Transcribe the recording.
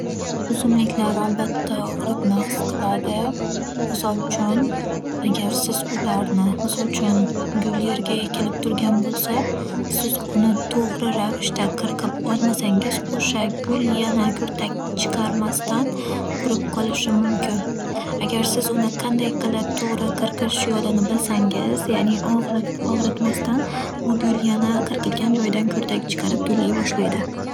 O'simliklar albatta og'riqni his qiladi. Misol uchun, agar siz ularni misol uchun, gul yerga egilib turgan bo'lsa, sizni uni to'g'ri ravishda qirqib olmasangiz o'sha gul yana kurtak chiqarmasdan qurib qolishi mumkin. Agar siz uni qanday qilib to'g'ri qirqish yo'lini bilsangiz, ya'ni og'rih-og'ritmasdan, u gul yana qirqilgan joyidan kurtak chiqarib gullay boshlaydi.